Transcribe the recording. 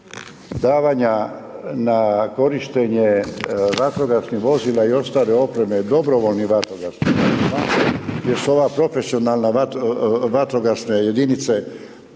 davanja na korištenje vatrogasnih vozila i ostale oprave DVD-u jer su ova profesionalna vatrogasne jedinice,